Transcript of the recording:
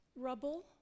rubble